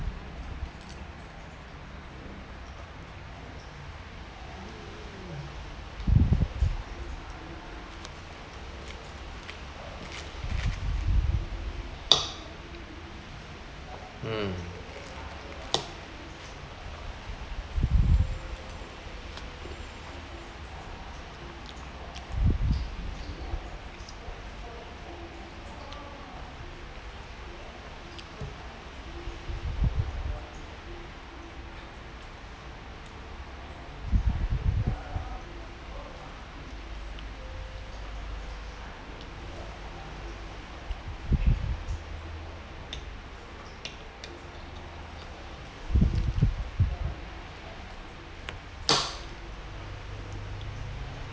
mm